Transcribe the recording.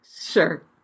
Sure